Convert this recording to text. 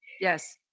Yes